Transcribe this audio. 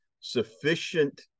sufficient